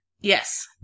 Yes